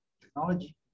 Technology